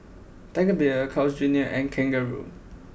Tiger Beer Carl's Junior and Kangaroo